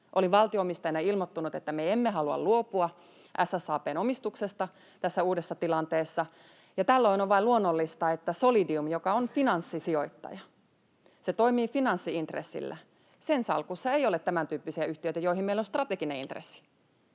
Olin valtio-omistajana ilmoittanut, että me emme halua luopua SSAB:n omistuksesta tässä uudessa tilanteessa, ja tällöin on vain luonnollista, että Solidiumin, joka on finanssisijoittaja, toimii finanssi-intressillä, salkussa ei ole tämäntyyppisiä yhtiöitä, joihin meillä on strateginen intressi.